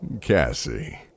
Cassie